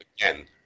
again